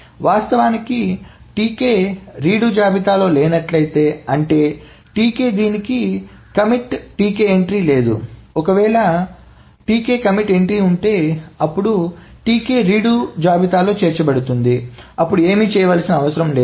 వాస్తవానికి Tk read జాబితాలో లేనట్లయితే అంటే Tk దీనికి కమిట్ Tk ఎంట్రీ లేదు ఒకవేళ కమిట్ Tk ఎంట్రీ ఉంటే అప్పుడు Tk రీడు జాబితాలో చేర్చబడుతుంది అప్పుడు ఏమీ చేయవలసిన అవసరం లేదు